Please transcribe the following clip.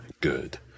good